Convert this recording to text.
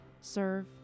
serve